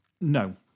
No